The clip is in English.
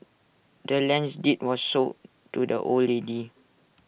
the land's deed was sold to the old lady